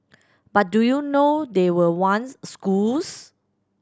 but do you know they were once schools